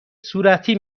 صورتی